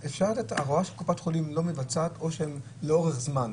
ההוראה שקופת חולים לא מבצעת או שלאורך זמן,